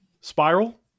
Spiral